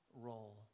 role